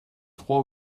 froid